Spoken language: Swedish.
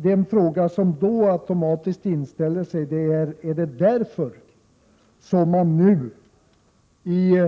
Den fråga som då automatiskt inställer sig är denna: Är det därför som man nu i